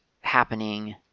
happening